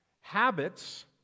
Habits